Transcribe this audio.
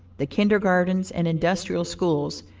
the kindergartens, and industrial schools,